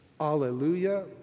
Alleluia